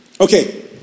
Okay